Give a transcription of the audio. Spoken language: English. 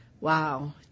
wow